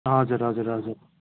हजुर हजुर हजुर